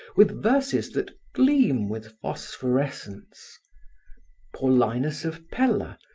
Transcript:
with verses that gleam with phosphorescence paulinus of pella,